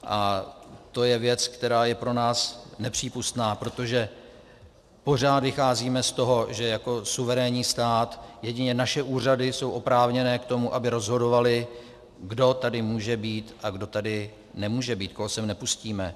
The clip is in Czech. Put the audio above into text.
A to je věc, která je pro nás nepřípustná, protože pořád vycházíme z toho, že jako u suverénního státu jedině naše úřady jsou oprávněné k tomu, aby rozhodovaly, kdo tady může být a kdo tady nemůže být, koho sem nepustíme.